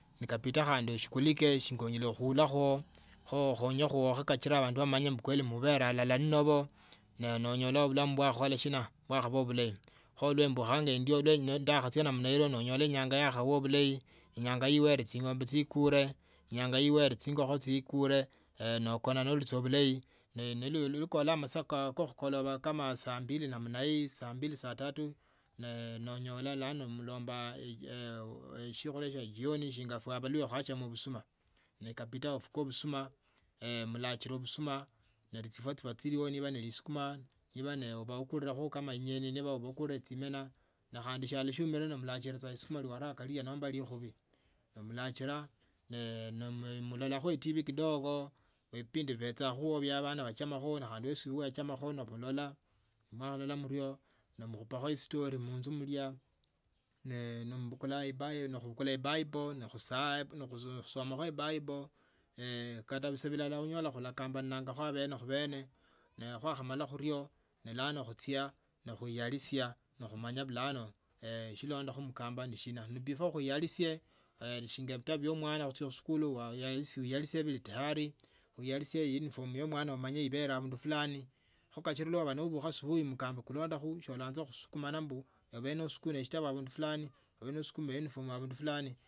Nekabida khandi ushughulikekho shinga anyalia khulalakho kho khonyekho. khe kabidi bandu bamanye mubele alala nenabo noonyola bulamu bwakaba shina bwakaba bulayi khondebucha endio ndakhachia namna hiyo nonyolanga enyanga yakhwawa bhulayi ihyanga werei ching'ombe chikure. inyanga lwenye chingokho chikure nookona noli bulayi neke kola masaa kee lukoloba kama saa mbili namna hii saa mbili saa tatu ne nonyola bulano mulomba shiokhulia shia sioni shinga efwe khulipako mwana efisi kho ndachama ekasi ya omubali sana nende khalalokhe ekasi ye buibali shiundi rakho nembe bulayi tawe lakini nengone nenjie khaeka bana eshindu fulani naona nendi bulayi sana ngona nendola mubili kwanje kali bulayi kwani shindu shilo shibole mumachaji sana nekholile kasi ya obabbwali embararuhango sana neshiokholanga sasa yeneyo taa.